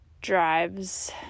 drives